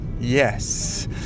yes